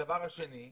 הדבר השני,